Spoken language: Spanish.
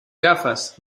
gafas